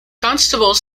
constable